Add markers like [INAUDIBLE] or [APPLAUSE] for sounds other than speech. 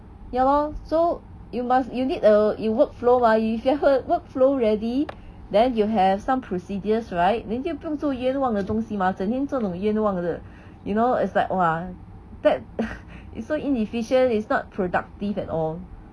ya lor so you must you need err you workflow mah if you have a workflow ready then you have some procedures right then 就不用做冤枉的东西嘛整天做这种冤枉的 you know is like !wah! that [LAUGHS] it's so inefficient is not productive at all